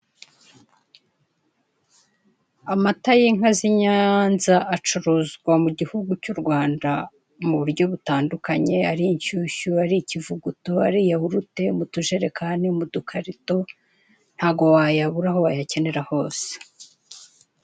Amata y'inka z'Inyanza acuruzwa mu gihugu cy'u Rwanda mu buryo butandukanye ari inshyushyu, ari ikivuguto, ari yahurute, mu tujerekani, mu dukarito ntabwo wayabura aho wayakenera hose.